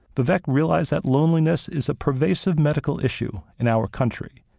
vivek realized that loneliness is a pervasive medical issue in our country,